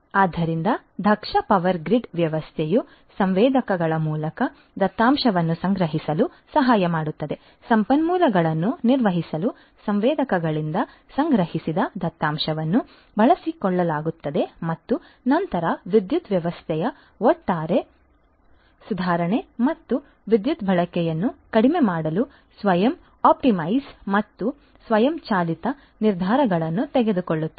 ಆದ್ದರಿಂದ ದಕ್ಷ power grid ವ್ಯವಸ್ಥೆಯು ಸಂವೇದಕಗಳ ಮೂಲಕ ದತ್ತಾಂಶವನ್ನು ಸಂಗ್ರಹಿಸಲು ಸಹಾಯ ಮಾಡುತ್ತದೆ ಸಂಪನ್ಮೂಲಗಳನ್ನು ನಿರ್ವಹಿಸಲು ಸಂವೇದಕಗಳಿಂದ ಸಂಗ್ರಹಿಸಿದ ದತ್ತಾಂಶವನ್ನು ಬಳಸಿಕೊಳ್ಳುತ್ತದೆ ಮತ್ತು ನಂತರ ವಿದ್ಯುತ್ ವ್ಯವಸ್ಥೆಯ ಒಟ್ಟಾರೆ ಸುಧಾರಣೆ ಮತ್ತು ವಿದ್ಯುತ್ ಬಳಕೆಯನ್ನು ಕಡಿಮೆ ಮಾಡಲು ಸ್ವಯಂ ಆಪ್ಟಿಮೈಜ್ ಮತ್ತು ಸ್ವಯಂಚಾಲಿತ ನಿರ್ಧಾರಗಳನ್ನು ತೆಗೆದುಕೊಳ್ಳುತ್ತದೆ